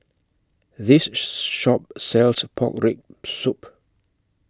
This Shop sells Pork Rib Soup